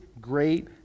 great